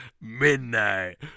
midnight